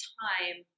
time